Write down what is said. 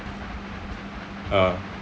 ah